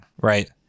Right